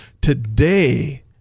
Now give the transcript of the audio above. today